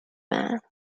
man